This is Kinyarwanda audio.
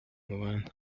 mubana